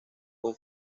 con